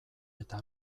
eta